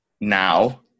now